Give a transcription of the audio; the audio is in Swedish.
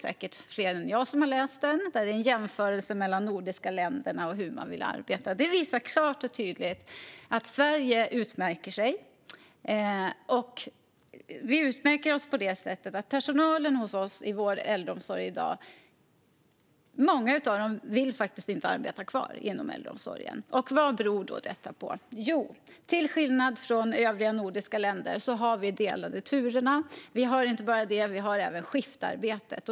Där finns en jämförelse mellan de nordiska länderna och hur man vill arbeta. I den visas det klart och tydligt att Sverige utmärker sig på så sätt att många bland personalen inom vår äldreomsorg i dag faktiskt inte vill arbeta kvar där. Vad beror detta på? Jo, till skillnad från övriga nordiska länder har vi delade turer och även skiftarbete.